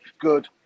Good